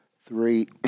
three